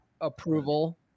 approval